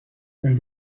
can